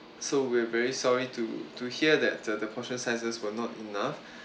so we're very sorry to to hear that the the portion sizes were not enough